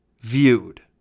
viewed